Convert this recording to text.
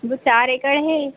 वह चार एकड़ है